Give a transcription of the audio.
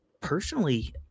Personally